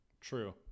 True